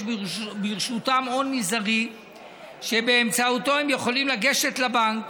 ברשותם הון מזערי שבאמצעותו הם יכולים לגשת לבנק